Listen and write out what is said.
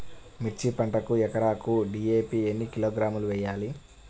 మిర్చి పంటకు ఎకరాకు డీ.ఏ.పీ ఎన్ని కిలోగ్రాములు వేయాలి?